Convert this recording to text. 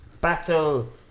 battle